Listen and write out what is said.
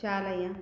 चालय